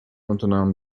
unternahm